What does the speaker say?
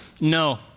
No